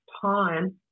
time